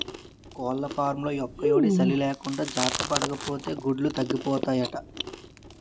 కోళ్లఫాంలో యెక్కుయేడీ, సలీ లేకుండా జార్తపడాపోతే గుడ్లు తగ్గిపోతాయట